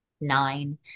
nine